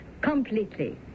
completely